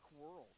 world